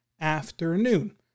afternoon